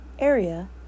Area